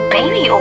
Baby